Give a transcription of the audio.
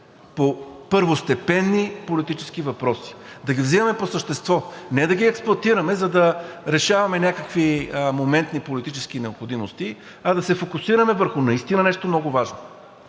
по първостепенни политически въпроси, да ги взимаме по същество, не да ги експлоатираме, за да решаваме някакви моментни политически необходимости, а да се фокусираме върху наистина нещо много важно.